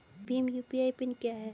Bhim UPI PIN क्या है?